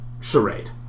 charade